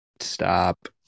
Stop